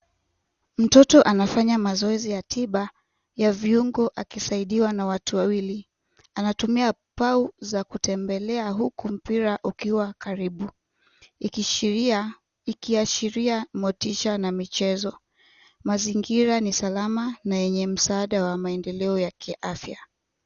Mtoto anafanya mazoezi ya tiba ya viungo akisaidiwa na watu wawili. Anatumia pau za kutembelea, huku mpira ukiwa karibu, ikiashiria motisha na michezo. Mazingira ni salama, na yenye msaada wa maendeleo ya kiafya.